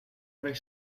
other